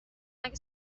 مگه